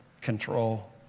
control